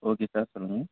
okay sir சொல்லுங்க